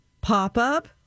pop-up